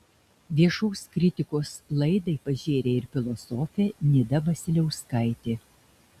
viešos kritikos laidai pažėrė ir filosofė nida vasiliauskaitė